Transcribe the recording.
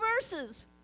verses